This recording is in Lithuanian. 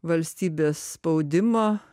valstybės spaudimo